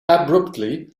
abruptly